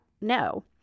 No